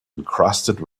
encrusted